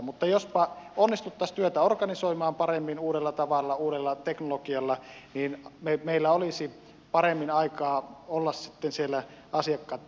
mutta jospa onnistuttaisiin työtä organisoimaan paremmin uudella tavalla uudella teknologialla niin että meillä olisi paremmin aikaa olla sitten siellä asiakkaitten luona